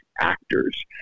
actors